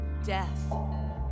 Death